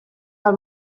del